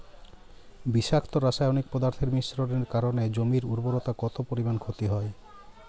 বিষাক্ত রাসায়নিক পদার্থের মিশ্রণের কারণে জমির উর্বরতা কত পরিমাণ ক্ষতি হয়?